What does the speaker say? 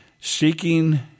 Seeking